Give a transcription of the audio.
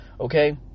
Okay